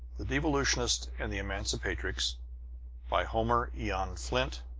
the devolutionist and the emancipatrix by homer eon flint